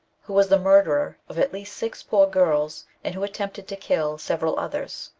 who was the murderer of at least six poor girls, and who attempted to kill several others.